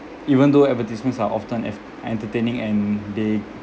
even though advertisements are often ef~ entertaining and they